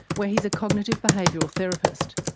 where he's a cognitive behavioural therapist.